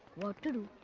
what to do?